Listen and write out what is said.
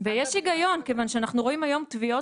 ויש היגיון כיוון שאנחנו רואים היום תביעות